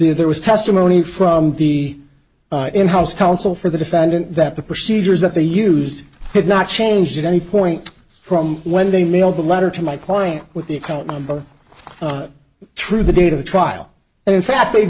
there was testimony from the in house counsel for the defendant that the procedures that they used did not change at any point from when they mailed the letter to my client with the account number true the date of the trial and in fact they've